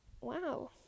wow